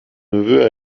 neveu